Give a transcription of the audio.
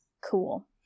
Cool